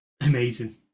amazing